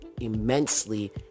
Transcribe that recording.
immensely